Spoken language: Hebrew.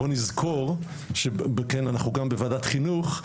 בואו נזכור שאנחנו גם בוועדת חינוך,